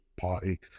party